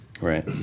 Right